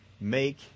make